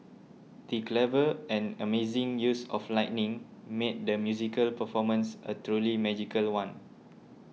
the clever and amazing use of lighting made the musical performance a truly magical one